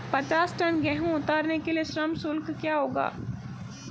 पचास टन गेहूँ उतारने के लिए श्रम शुल्क क्या होगा?